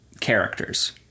characters